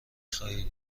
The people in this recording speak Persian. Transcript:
خواهید